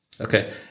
okay